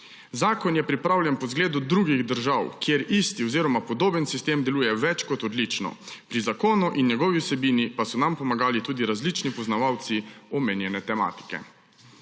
Zakon je pripravljen po zgledu drugih držav, kjer isti oziroma podoben sistem deluje več kot odlično, pri zakonu in njegovi vsebini pa so nam pomagali tudi različni poznavalci omenjene tematike.